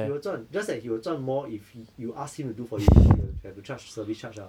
he will 赚 just that he will 赚 more if he you ask him to do for you because he will have to charge service charge lah